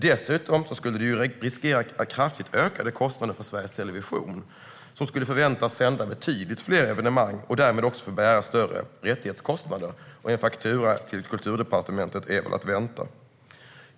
Dessutom skulle det riskera att kraftigt öka kostnaderna för Sveriges Television, som skulle förväntas sända betydligt fler evenemang och därmed också få bära större rättighetskostnader. En faktura till Kulturdepartementet är väl att vänta.